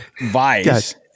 vice